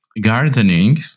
gardening